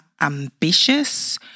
ambitious